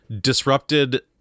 disrupted